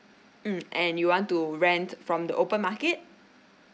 mm and you want to rent from the open market